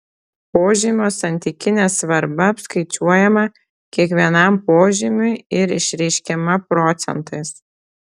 požymio santykinė svarba apskaičiuojama kiekvienam požymiui ir išreiškiama procentais